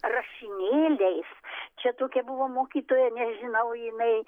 rašinėliais čia tokia buvo mokytoja nežinau jinai